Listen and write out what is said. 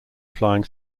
flying